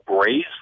braise